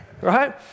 Right